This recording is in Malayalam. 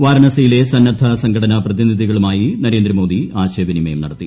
വാരണസിയിലെ സന്നദ്ധ സംഘടനാ പ്രതിനിധികളുമായി നരേന്ദ്രമോദി ആശയവിനിമയം നടത്തി